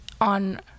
on